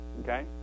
Okay